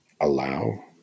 allow